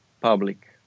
public